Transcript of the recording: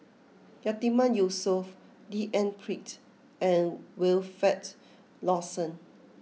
Yatiman Yusof D N Pritt and Wilfed Lawson